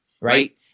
right